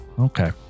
okay